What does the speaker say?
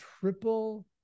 triple